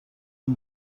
این